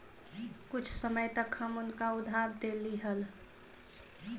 कुछ समय तक हम उनका उधार देली हल